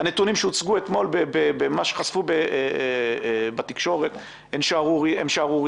הנתונים שהוצגו אתמול ונחשפו בתקשורת הן שערורייה.